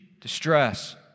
Distress